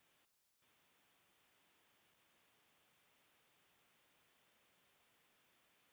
बूंद से सिंचाई विधि सिंचाई क सबसे अधिक जल कुसल विधि मानल जाला